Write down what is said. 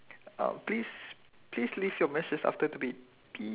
uh please please leave your message after the beep